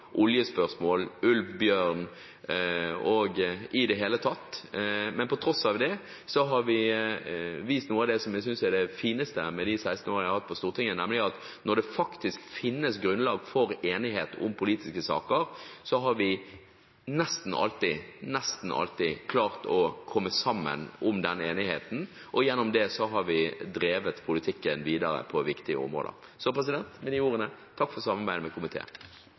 og miljøspørsmål, spørsmål om ulv og bjørn osv. På tross av det har vi vist noe av det som jeg synes er det fineste med de 16 årene jeg har hatt på Stortinget, nemlig at når det faktisk finnes grunnlag for enighet om politiske saker, så har vi nesten alltid klart å komme sammen om den enigheten, og gjennom det har vi drevet politikken videre på viktige områder. Så med disse ordene: Takk for samarbeidet i komiteen.